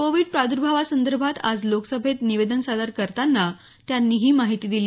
Covid प्रादर्भावासंदर्भात आज लोकसभेत निवेदन सादर करताना त्यांनी ही माहिती दिली